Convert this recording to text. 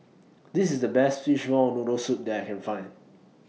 This IS The Best Fishball Noodle Soup that I Can Find